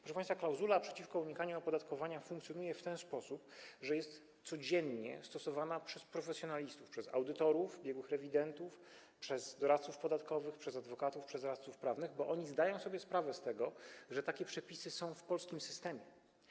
Proszę państwa, klauzula przeciwko unikaniu opodatkowania funkcjonuje w ten sposób, że jest codziennie stosowana przez profesjonalistów: audytorów, biegłych rewidentów, doradców podatkowych, adwokatów, radców prawnych, bo oni zdają sobie sprawę z tego, że takie przepisy są w polskim systemie.